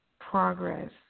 progress